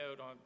on